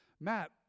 matt